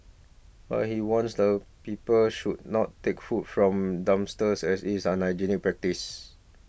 but he warns that people should not take food from dumpsters as it is an unhygienic practice